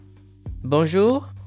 Bonjour